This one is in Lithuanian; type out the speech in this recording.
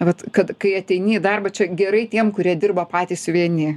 vat kad kai ateini į darbą čia gerai tiem kurie dirba patys vieni